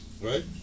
right